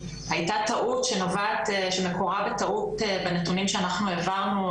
הייתה טעות שמקורה בטעות בנתונים שאנחנו העברנו,